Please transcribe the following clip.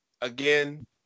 again